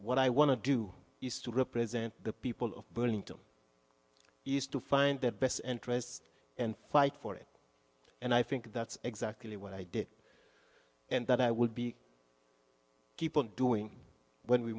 what i want to do is to represent the people of burlington east to find their best interest and fight for it and i think that's exactly what i did and that i would be keep on doing when we